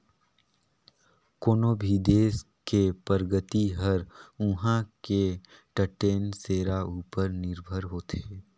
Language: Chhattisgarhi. कोनो भी देस के परगति हर उहां के टटेन सेरा उपर निरभर होथे